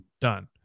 done